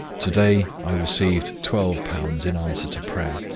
to-day i received twelve pounds in answer to prayer,